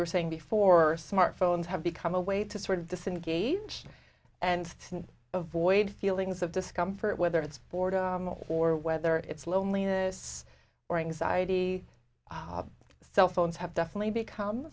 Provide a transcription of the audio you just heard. you were saying before smartphones have become a way to sort of disengage and avoid feelings of discomfort whether it's boredom or whether it's loneliness or anxiety cell phones have definitely become